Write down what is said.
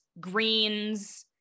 greens